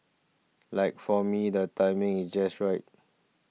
like for me the timing is just right